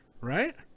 right